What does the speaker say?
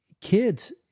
kids